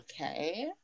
Okay